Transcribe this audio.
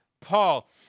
Paul